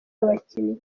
bakinnyi